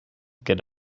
get